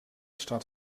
staat